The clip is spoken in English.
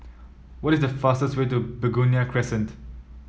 what is the fastest way to Begonia Crescent